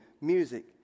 Music